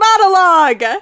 monologue